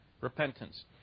repentance